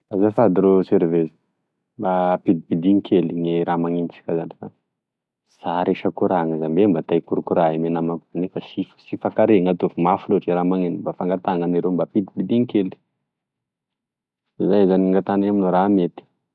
Azafady rô servezy mba ampidimpidino kely gne raha maneno zany fa- sy aharignesa kora za iahy mba te ikorokorana ame namako nefa sy mifankareny ato mafy loatry e raha maneno mba fangataha nenay rô mba ampidimpidino kely zay zagne e gn'angatahinay aminao raha mety.